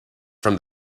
from